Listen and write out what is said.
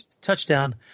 Touchdown